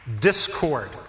Discord